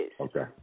Okay